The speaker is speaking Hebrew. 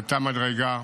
עלתה מדרגה.